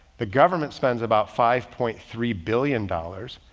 the government spends about five point three billion dollars,